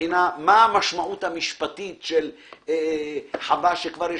מבחינת מה המשמעות המשפטית של חווה שישנה